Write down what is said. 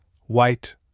white